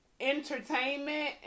entertainment